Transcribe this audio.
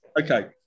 Okay